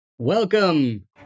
Welcome